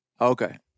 Okay